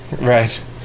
Right